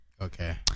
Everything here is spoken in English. Okay